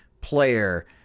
player